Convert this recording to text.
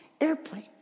airplane